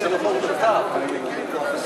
לא,